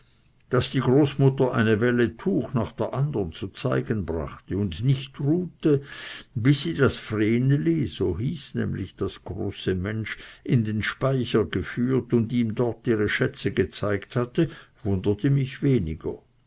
daß die großmutter eine welle tuch nach der andern zu zeigen brachte und nicht ruhte bis sie das vreneli so hieß nämlich das große mensch in den speicher geführt und ihm dort ihre schätze gezeigt hatte wunderte mich weniger